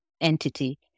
entity